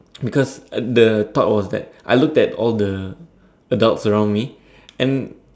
because the part was that I looked at all the adults around me and